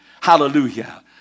Hallelujah